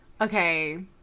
Okay